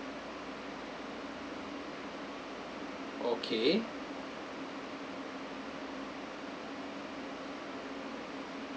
okay